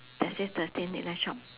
that says thursday late night shop